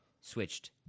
switched